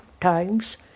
times